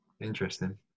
interesting